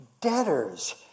debtors